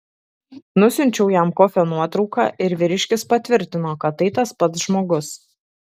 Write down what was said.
nusiunčiau jam kofio nuotrauką ir vyriškis patvirtino kad tai tas pats žmogus